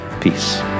Peace